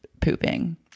pooping